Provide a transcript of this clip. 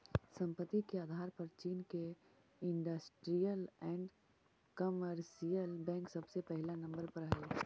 संपत्ति के आधार पर चीन के इन्डस्ट्रीअल एण्ड कमर्शियल बैंक सबसे पहिला नंबर पर हई